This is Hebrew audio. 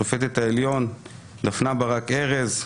שופטת העליון דפנה ברק-ארז,